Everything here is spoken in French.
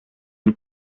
une